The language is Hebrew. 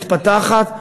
מתפתחת,